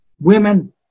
women